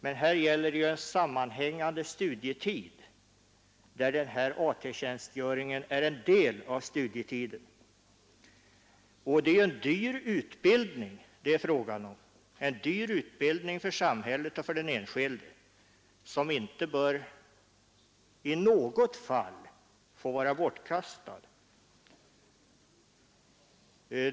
Men här gäller det sammanhängande studietid, där AT-tjänstgöringen är en del av studietiden. Det är fråga om en dyr utbildning för samhället och för den enskilde, som inte bör i något fall få vara bortkastad.